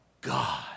God